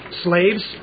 Slaves